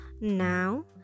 Now